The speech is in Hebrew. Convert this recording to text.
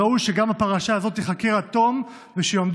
ראוי שגם הפרשה הזאת תיחקר עד תום ושיועמד